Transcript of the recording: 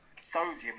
sodium